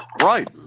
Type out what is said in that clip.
Right